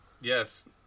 Yes